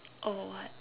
oh what